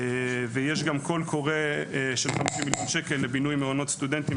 יצא גם קול קורא של 50 מיליון שקלים לבינוי מעונות סטודנטים